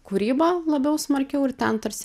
kūrybą labiau smarkiau ir ten tarsi